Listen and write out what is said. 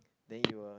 then you will